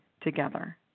together